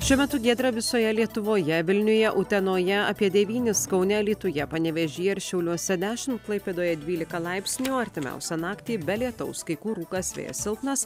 šiuo metu giedra visoje lietuvoje vilniuje utenoje apie devynis kaune alytuje panevėžy ir šiauliuose dešimt klaipėdoje dvylika laipsnių artimiausią naktį be lietaus kai kur rūkas vėjas silpnas